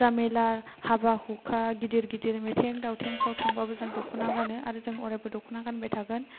फुजा मेला हाबा हुखा गिदिर गिदिर मिथिं दावथिंफ्राव थांबाबो जों दख'ना गानो आरो जों अरायबो दख'ना गानबाय थागोन